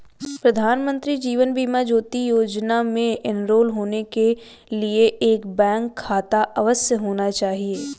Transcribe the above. प्रधानमंत्री जीवन ज्योति बीमा योजना में एनरोल होने के लिए एक बैंक खाता अवश्य होना चाहिए